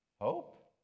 hope